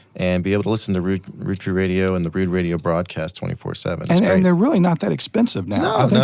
and be able to listen to rood rood crew radio and the rood radio broadcast twenty four seven. yeah and they're really not that expensive now.